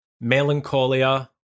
Melancholia